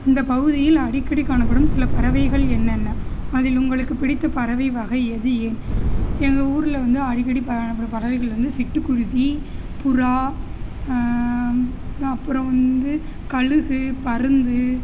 இந்தப் பகுதியில் அடிக்கடி காணப்படும் சில பறவைகள் என்னென்ன அதில் உங்களுக்குப் பிடித்த பறவை வகை எது ஏன் எங்கள் ஊரில் வந்து அடிக்கடி பாக்கிற பறவைகள் வந்து சிட்டுக்குருவி புறா அப்புறம் வந்து கழுகு பருந்து